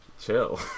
chill